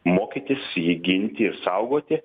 mokytis jį ginti ir saugoti